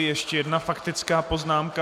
Ještě jedna faktická poznámka.